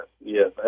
yes